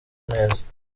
neza